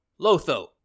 Lotho